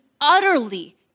utterly